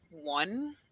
one